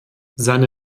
seine